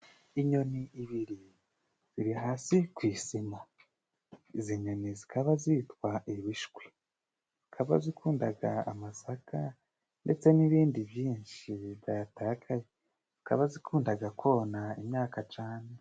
Inyoni ibiri ziri hasi ku isima, izi nyoni zikaba zitwa ibishwi, ukaba zikundaga amasaka ndetse n'ibindi byinshi byatakaye, akaba zikundaga kona imyaka cane.